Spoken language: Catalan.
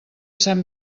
sant